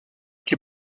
est